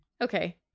Okay